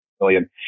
million